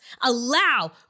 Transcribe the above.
allow